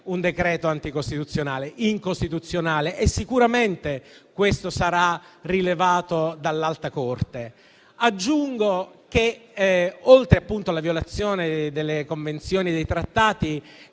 decreto anticostituzionale, incostituzionale e sicuramente questo sarà rilevato dall'alta Corte. Oltre, appunto, alla violazione delle convenzioni e dei trattati,